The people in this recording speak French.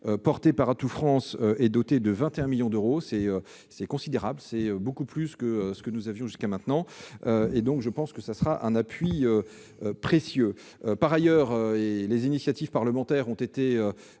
portée par Atout France est dotée de 21 millions d'euros- c'est considérable, c'est beaucoup plus que ce que nous avions jusqu'à maintenant. Ce sera un soutien précieux. Par ailleurs, les initiatives parlementaires ont été